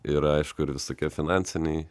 ir aišku ir visokie finansiniai